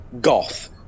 goth